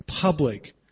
public